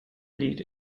liegt